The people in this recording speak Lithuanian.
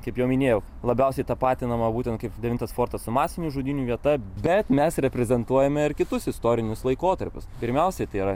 kaip jau minėjau labiausiai tapatinama būtent kaip devintas fortas masinių žudynių vieta bet mes reprezentuojame ir kitus istorinius laikotarpius pirmiausia tai yra